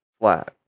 flat